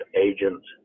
agents